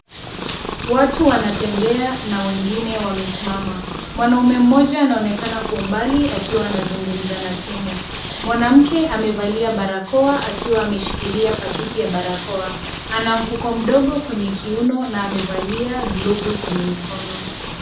Watu wanatembea na wengine wamesimama, mwanaume mmoja ameonekana kwa mbali akiwa anazungumza na simu, mwanamke amevalia barakoa akiwa ameshikilia pakiti yabarakoa ana mfuko mdogo kwenye kiuno na amevalia glafu kwenye mikono.